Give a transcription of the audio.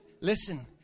Listen